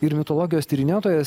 ir mitologijos tyrinėtojas